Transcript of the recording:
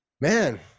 man